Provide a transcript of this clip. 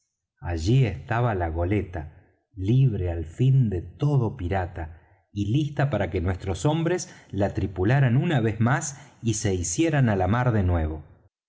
allí estaba la goleta libre al fin de todo pirata y lista para que nuestros hombres la tripularan una vez más y se hicieran á la mar de nuevo